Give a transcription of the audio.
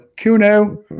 Kuno